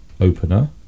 opener